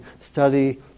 study